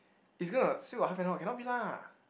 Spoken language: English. is gonna still got half an hour cannot be lah